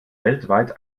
weltweit